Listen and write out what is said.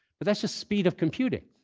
but that's just speed of computing.